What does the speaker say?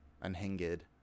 Unhinged